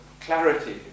clarity